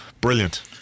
Brilliant